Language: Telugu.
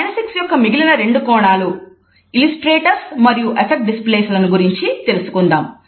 కైనేసిక్స్ యొక్క మిగిలిన రెండు కోణాలు ఇల్లస్ట్రేటర్స్ మరియు అఫక్ట్ డిస్ప్లేస్ లను గురించి తెలుసుకుందాము